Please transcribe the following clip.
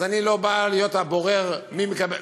אז אני לא בא להיות הבורר מי מקבל,